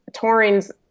Touring's